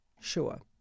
sure